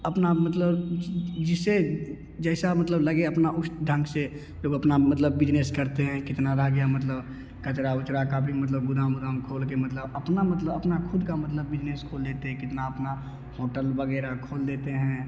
अपना मतलब जिसे जैसा मतलब लगे अपना उस ढंग से लोग अपना मतलब बिजनेस करते हैं कितना रह गया मतलब कचरा उचरा का भी मतलब गोदाम वुदाम खोलके मतलब अपना मतलब अपना ख़ुदका अपना मतलब बिजनेस खोल लेते हैं कितना अपना होटल वगैरह खोल लेते हैं